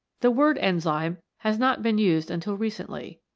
the word enzyme has not been used until re cently.